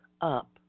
up